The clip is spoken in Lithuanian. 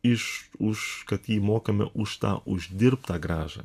iš už kad jį mokame už tą uždirbtą grąžą